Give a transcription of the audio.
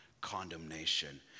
condemnation